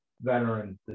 veterans